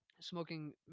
Smoking